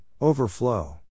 overflow